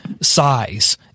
size